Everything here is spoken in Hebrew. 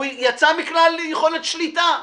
הוא יצא מכלל יכולת שליטה,